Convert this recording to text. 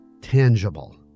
tangible